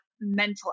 mental